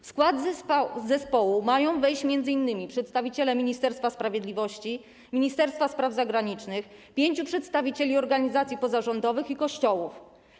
W skład zespołu mają wejść m.in. przedstawiciele Ministerstwa Sprawiedliwości i Ministerstwa Spraw Zagranicznych i pięciu przedstawicieli organizacji pozarządowych i Kościołów.